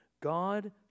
God